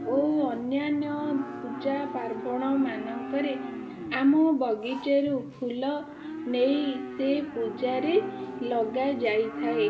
ଓ ଅନ୍ୟାନ୍ୟ ପୂଜା ପାର୍ବଣମାନଙ୍କରେ ଆମ ବଗିଚାରୁ ଫୁଲ ନେଇ ସେ ପୂଜାରେ ଲଗାଯାଇଥାଏ